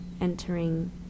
entering